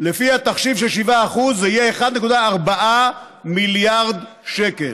ולפי התחשיב של 7% זה יהיה 1.4 מיליארד שקל.